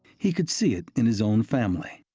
he could see it in his own family.